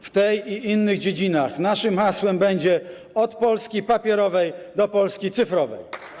W tej i innych dziedzinach nasze hasło brzmi: od Polski papierowej do Polski cyfrowej.